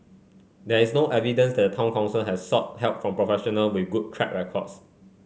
there is no evidence that the town council has sought help from professional with good track records